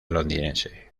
londinense